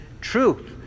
truth